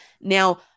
Now